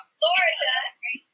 Florida